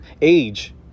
Age